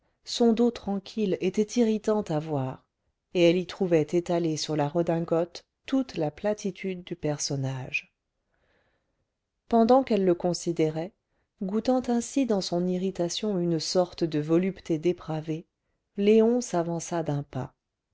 son dos tranquille était irritant à voir et elle y trouvait étalée sur la redingote toute la platitude du personnage pendant qu'elle le considérait goûtant ainsi dans son irritation une sorte de volupté dépravée léon s'avança d'un pas